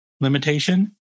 limitation